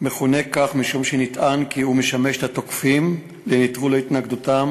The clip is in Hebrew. מכונה כך משום שנטען כי הוא משמש את התוקפים לנטרול התנגדותן